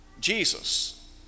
Jesus